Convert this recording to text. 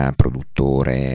produttore